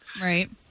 Right